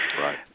Right